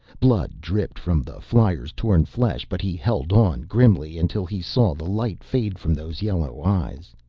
blood dripped from the flyer's torn flesh, but he held on grimly until he saw the light fade from those yellow eyes.